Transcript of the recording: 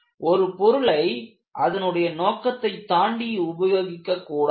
ஒரு பொருளை அதனுடைய நோக்கத்தை தாண்டி உபயோகிக்கக் கூடாது